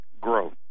growth